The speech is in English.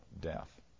death